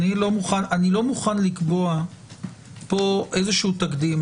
אבל אני לא מוכן לקבוע פה איזה תקדים.